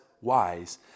wise